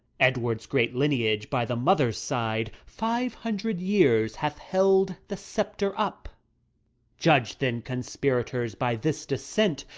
edward's great linage, by the mother's side, five hundred years hath held the scepter up judge then, conspiratours, by this descent,